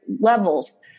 levels